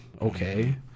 okay